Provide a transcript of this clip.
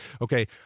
Okay